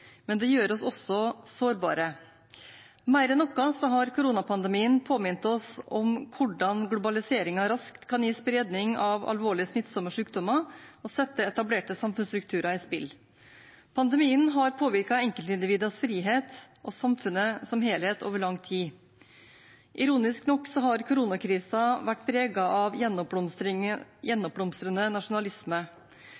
men det gjør oss også sårbare. Mer enn noe har koronapandemien påminnet oss om hvordan globaliseringen raskt kan gi spredning av alvorlige smittsomme sykdommer og sette etablerte samfunnsstrukturer på spill. Pandemien har påvirket enkeltindividers frihet og samfunnet som helhet over lang tid. Ironisk nok har koronakrisen vært preget av